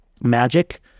magic